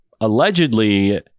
Allegedly